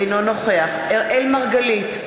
אינו נוכח אראל מרגלית,